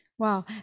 Wow